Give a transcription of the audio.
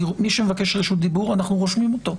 מי שמבקש רשות דיבור, אנחנו רושמים אותו.